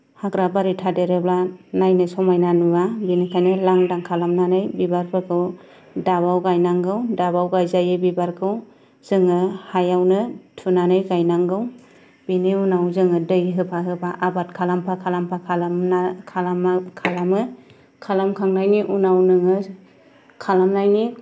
हाग्रा बारि थादेरोब्ला नायनो समायना नुआ बिनिखायनो लांदां खालामनानै बिबारफोरखौ दाबाव गायनांगौ दाबाव गायजायो बिबारखौ जोङो हायावनो थुनानै गायनांगौ बिनि उनाव जोङो दै होफा होफा आबादा खालामफा खालामफा खालामना खालाम खालामो खालामखांनायनि उनाव नोङो खालामनायनि